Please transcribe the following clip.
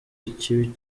ikibi